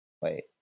wait